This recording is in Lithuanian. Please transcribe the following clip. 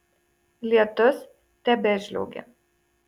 lietus tebežliaugė